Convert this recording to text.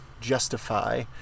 justify